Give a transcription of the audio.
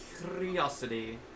Curiosity